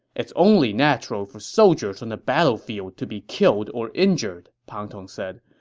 it's only natural for soldiers on the battlefield to be killed or injured, pang tong said.